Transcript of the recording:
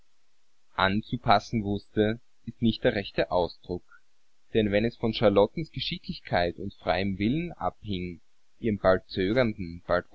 anzupassen wußte ist nicht der rechte ausdruck denn wenn es von charlottens geschicklichkeit und freiem willen abhing ihrem bald